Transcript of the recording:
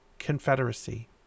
confederacy